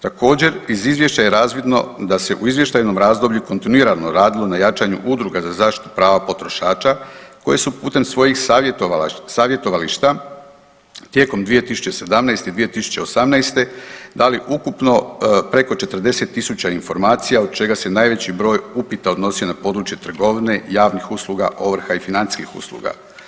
Također, iz Izvješća je razvidno da se u izvještajnom razdoblju kontinuirano radilo na jačanju udruga za zaštitu prava potrošača koji su putem svojih savjetovališta tijekom 2017. i 2018. dali ukupno preko 40 tisuća informacija od čega se najveći broj upita odnosio na područje trgovine, javnih usluga, ovrha i financijskih usluga.